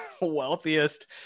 wealthiest